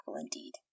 indeed